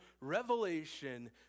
revelation